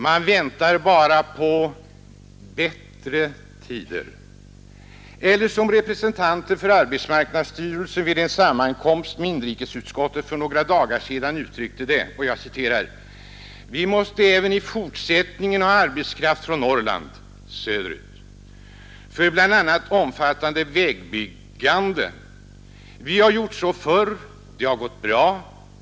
Man väntar bara på ”bättre” tider, eller som representanter för arbetsmarknadsstyrelsen vid en sammankomst med inrikesutskottet för några dagar sedan uttryckte det: Vi måste även i fortsättningen ha arbetskraft från Norrland för bl.a. omfattande vägbyggande söderut. Vi har gjort så förr, och det har gått bra.